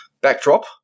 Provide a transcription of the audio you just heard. backdrop